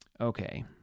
okay